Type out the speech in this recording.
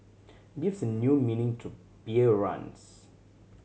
gives a new meaning to beer runs